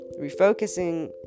refocusing